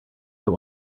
that